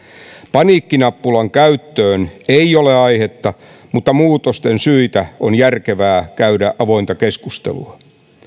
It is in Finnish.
paniikkinappulan käyttöön ei ole aihetta mutta muutosten syistä on järkevää käydä avointa keskustelua